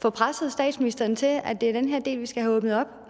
få presset statsministeren til at åbne op for den her del? Hvis vi netop